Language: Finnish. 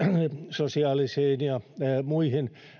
sosiaalisiin ja muihin